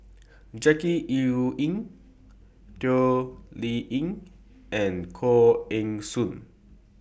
Jackie Yi Ru Ying Toh Liying and Koh Eng Hoon